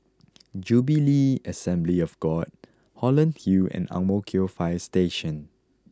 Jubilee Assembly of God Holland Hill and Ang Mo Kio Fire Station